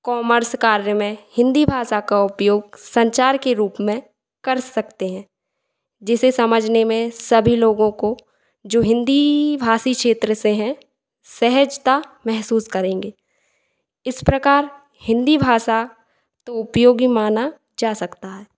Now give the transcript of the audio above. commerce कार्य में हिंदी भाषा का उपयोग संचार के रूप में कर सकते हैं जिसे समझने में सभी लोगों को जो हिंदी भाषी क्षेत्र से हैं सहजता महसूस करेंगे इस प्रकार हिंदी भाषा तो उपयोगी माना जा सकता है